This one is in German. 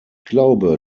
glaube